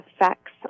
effects